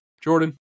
Jordan